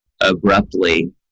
abruptly